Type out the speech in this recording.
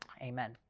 Amen